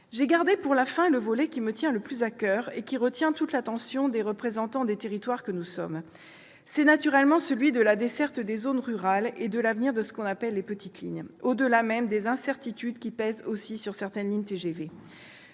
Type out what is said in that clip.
j'ai gardé pour la fin le volet qui me tient le plus à coeur, et qui retient toute l'attention des représentants des territoires que nous sommes : celui de la desserte des zones rurales et de l'avenir de ce que l'on appelle « les petites lignes », au-delà des incertitudes qui pèsent sur certaines lignes TGV.